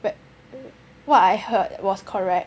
what I heard was correct